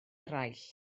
eraill